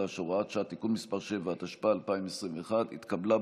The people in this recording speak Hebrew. (תיקון מס' 7), התשפ"א 2021, נתקבל.